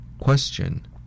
Question